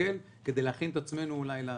ולהסתכל כדי להכין את עצמנו למשהו...